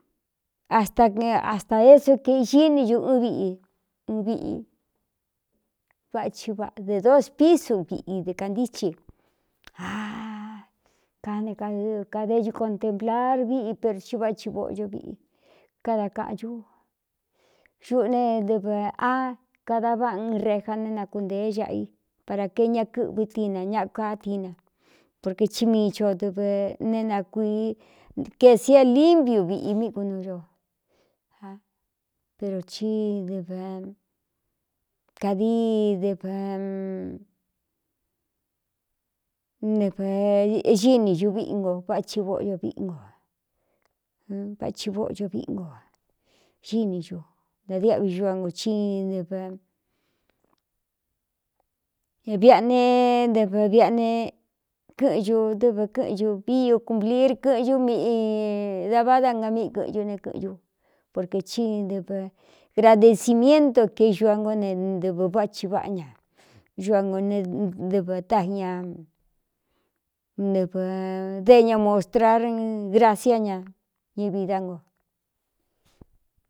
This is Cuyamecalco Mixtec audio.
Hasta hasta é só kexini ñu ɨn viꞌi viꞌi váꞌchi vaꞌa dɨ dospísu viꞌi dɨ kāntíchi a kane aɨkāde ñu kontenplar viꞌi per i váꞌchi vóꞌco viꞌi kada kaꞌan cú ñuꞌu ne dɨv a kada váꞌa ɨn reja né nakunteé xaꞌa i para ke ña kɨꞌvi tina ñakua dina porque tsí mii ch o dɨvɨ ne nakui ke sie limpiu viꞌi míꞌi kunu ño pero cí dɨv kādi dɨv nɨv gíni ñuviꞌi ngo váꞌci voꞌ viꞌi no váchi vóꞌco viꞌi no xíni ñu nadiꞌvi ñua no í ɨv ñaviꞌꞌa ne ɨv viꞌane kɨꞌɨn ñu dɨvɨ kɨꞌɨn u vii ukūnpliir kɨ̄ꞌɨn ñú miꞌi da vadá nga míꞌi kɨꞌɨn ñu ne kɨ̄ꞌɨn ñu porqē tí dɨvɨ gradecimiéntu kéñu a ngo ne dɨvɨ váꞌachi váꞌa ña ñua ngo nedɨvɨ ta ña nɨvɨ déña mōstrar graciá ña ñivi dá ngo.